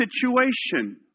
situation